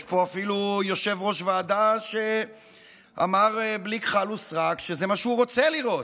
יש פה אפילו יושב-ראש ועדה שאמר בלי כחל ושרק שזה מה שהוא רוצה לראות.